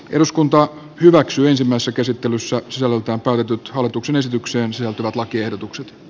eduskunta hyväksyisimmassa käsittelyssä sisällöltään toivotut hallituksen esitykseen sisältyvät lakiehdotukset